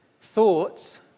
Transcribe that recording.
thoughts